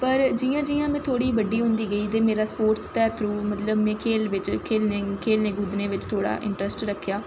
पर जि'यां जि'यां में थोह्ड़ी बड्डी होंदी गेई ते मेरा स्पोटस दे थ्रू में मतलब खेलने कूदनें बिच्च थोह्ड़ा इंट्रस्ट रक्खेआ